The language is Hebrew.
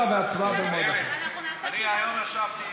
אני היום ישבתי,